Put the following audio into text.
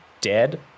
dead